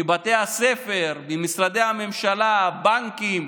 מבתי הספר, ממשרדי הממשלה, מהבנקים,